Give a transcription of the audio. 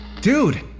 Dude